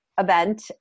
event